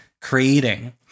creating